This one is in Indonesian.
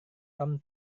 tom